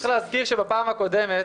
אני רק רוצה להזכיר שבפעם הקודמת